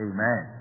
Amen